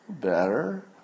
Better